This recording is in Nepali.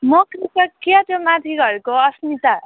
म कृपा क्या त्यो माथि घरको अस्मिता